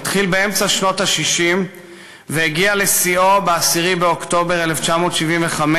הוא התחיל באמצע שנות ה-60 והגיע לשיאו ב-10 באוקטובר 1975,